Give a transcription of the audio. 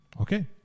Okay